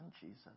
Jesus